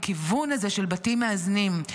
הכיוון הזה של בתים מאזנים,